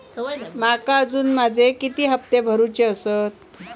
माका अजून माझे किती हप्ते भरूचे आसत?